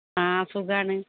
ആ സുഖമാണ്